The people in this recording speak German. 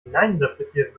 hineininterpretiert